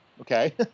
okay